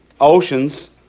Oceans